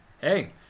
Hey